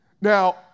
Now